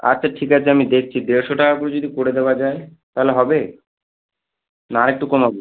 আচ্ছা ঠিক আছে আমি দেখছি দেড়শো টাকা করে যদি করে দেওয়া যায় তালে হবে না আর একটু কমাবো